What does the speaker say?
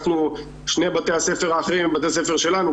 שני בתי הספר האחרים הם בתי ספר שלנו,